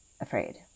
afraid